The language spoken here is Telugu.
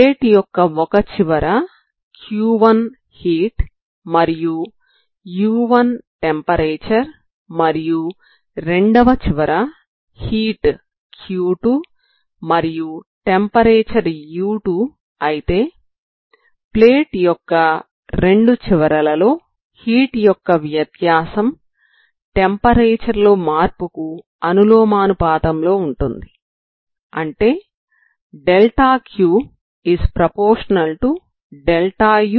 ప్లేట్ యొక్క ఒక చివర Q1 హీట్ మరియు u1 టెంపరేచర్ మరియు రెండవ చివర హీట్ Q2 మరియు టెంపరేచర్ u2 అయితే ప్లేట్ యొక్క రెండు చివరలలో హీట్ యొక్క వ్యత్యాసం టెంపరేచర్ లో మార్పు కు అనులోమానుపాతంలో ఉంటుంది అంటే ∆Q∝∆um